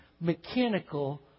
mechanical